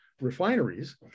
refineries